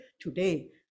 today